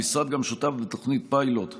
המשרד גם שותף לתוכנית פיילוט בין-משרדית,